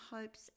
hopes